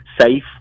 safe